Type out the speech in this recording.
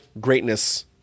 greatness